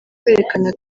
kwerekana